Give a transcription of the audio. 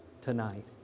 tonight